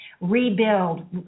rebuild